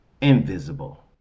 invisible